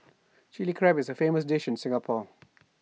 Chilli Crab is A famous dish in Singapore